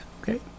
Okay